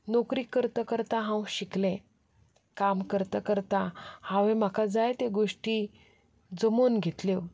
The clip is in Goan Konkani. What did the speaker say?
नोकरी करता करता हांव शिकलें काम करता करता हांवें म्हाका जाय त्यो गोश्टी जमोवन घेतल्यो